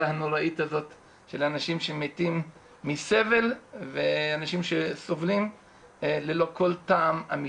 הנוראית הזאת של אנשים שמתים מסבל ואנשים שסובלים ללא כל טעם אמיתי.